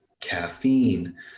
caffeine